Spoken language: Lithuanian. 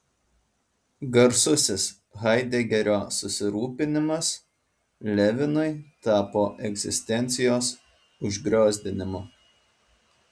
garsusis haidegerio susirūpinimas levinui tapo egzistencijos užgriozdinimu